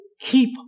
keep